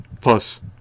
Plus